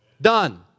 Done